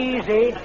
Easy